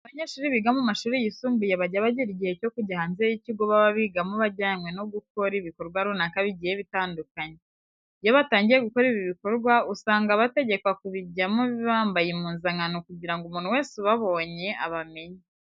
Abanyeshuri biga mu mashuri yisumbuye bajya bagira igihe cyo kujya hanze y'ikigo baba bigamo bajyanwe no gukora ibikorwa runaka bigiye bitandukanye. Iyo batangiye gukora ibi bikorwa usanga bategekwa kubijyamo bambaye impuzankano kugira ngo umuntu wese ubabonye abamenye.